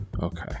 Okay